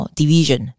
division